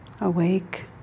Awake